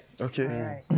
Okay